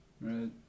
Right